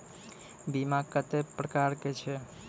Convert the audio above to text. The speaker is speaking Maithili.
बीमा कत्तेक प्रकारक छै?